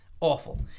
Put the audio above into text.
Awful